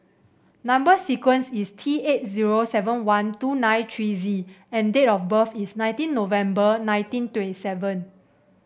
number sequence is T eight zero seven one two nine three Z and date of birth is nineteen November nineteen twenty seven